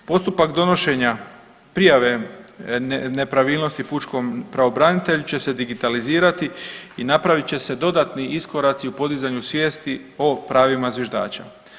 Postupak donošenja prijave nepravilnosti pučkom pravobranitelju će se digitalizirati i napravit će se dodatni iskoraci o podizanju svijesti o pravima zviždača.